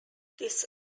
this